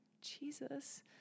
jesus